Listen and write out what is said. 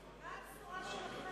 מה הבשורה שלכם?